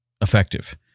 effective